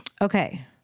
Okay